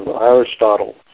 Aristotle